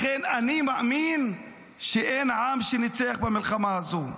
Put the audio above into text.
לכן אני מאמין שאין עם שניצח במלחמה הזאת,